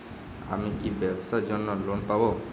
আমি কি ব্যবসার জন্য লোন পাব?